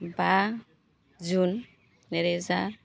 बा जुन नैरोजा